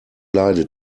leide